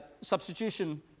substitution